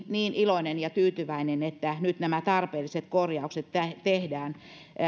niin iloinen ja tyytyväinen että nyt nämä tarpeelliset korjaukset tehdään